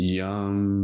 young